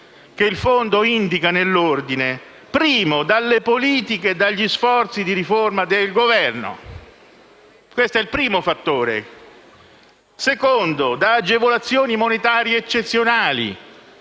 che il Fondo indica nell'ordine: in primo luogo, dalle politiche e dagli sforzi di riforma del Governo (questo è il primo fattore); in secondo luogo, da agevolazioni monetarie eccezionali